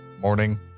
morning